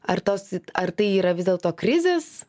ar tos ar tai yra vis dėlto krizės